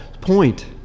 point